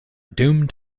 doomed